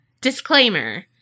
Disclaimer